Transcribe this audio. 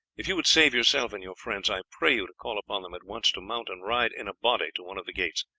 if you would save yourself and your friends i pray you to call upon them at once to mount and ride in a body to one of the gates.